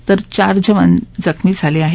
तर चार जवाण जखमी झाले आहेत